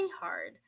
hard